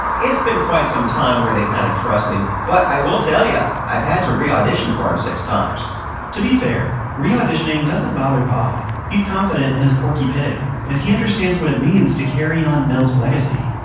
it's been quite some time where they kind of trust me, but i will tell you, yeah i've had to re-audition for them um six times to be fair, re-auditioning doesn't bother bob. he's confident in his porky pig, and he understands what it means to carry ah and mel's legacy.